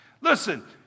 Listen